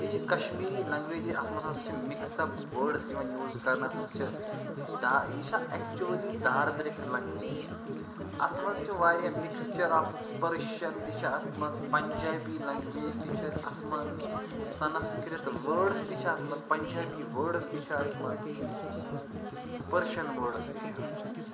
تہٕ یہِ کَشمیٖری لنٛگویج اَتھ منٛز ہَسا چھِ مِکس اَپ وٲڈٕس یِوان یوٗز کَرنہٕ اَتھ منٛز چھِ دا یہِ چھےٚ اٮ۪کچُؤلی داردٔرِک لنٛگویج اَتھ منٛز چھِ واریاہ مِکسچَر آف پٔرشَن تہِ چھِ اَتھ منٛز پَنجابی لَنٛگویج تہِ چھِ اَتھ منٛز سَنَسکِرٛت وٲڈٕس تہِ چھِ اَتھ منٛز پَنجابی وٲڈٕس تہِ چھِ اَتھ منٛز پٔرشَن وٲڈٕس تہِ چھِ اَتھ منٛز